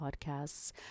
Podcasts